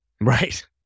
Right